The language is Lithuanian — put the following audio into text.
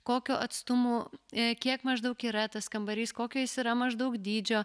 kokiu atstumu ir kiek maždaug yra tas kambarys kokio jis yra maždaug dydžio